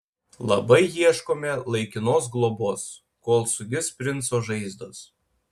labai ieškome laikinos globos kol sugis princo žaizdos